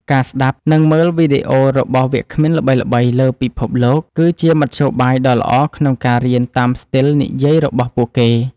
ការស្ដាប់ និងមើលវីដេអូរបស់វាគ្មិនល្បីៗលើពិភពលោក គឺជាមធ្យោបាយដ៏ល្អក្នុងការរៀនតាមស្ទីលនិយាយរបស់ពួកគេ។